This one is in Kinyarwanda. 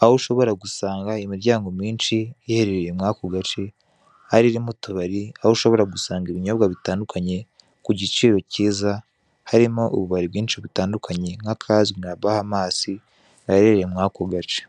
aho ushobora gusanga imiryango myinshi iherereye muri ako gace, hari irimo utubari, aho ushobora gusanga ibinyobwa bitandukanye ku giciro cyiza, harimo ububari bwinshi butandukanye nk'akazwi nka Bahamas gaherereye muri ako gace.